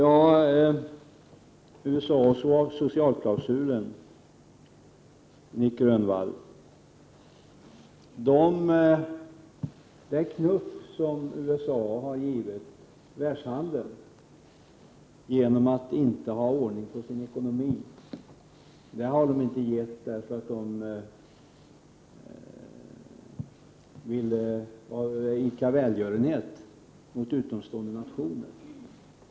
Apropå USA och socialklausulen, Nic Grönvall, vill jag säga att den knuff som USA har givit världshandeln genom att inte ha ordning på sin ekonomi, har man inte givit för att man ville rikta välgörenhet mot utomstående nationer.